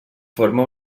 forma